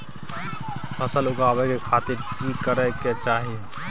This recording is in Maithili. फसल उगाबै के खातिर की की करै के चाही?